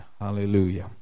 Hallelujah